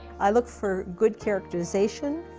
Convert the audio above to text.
i look for good characterization,